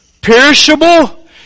Perishable